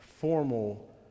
formal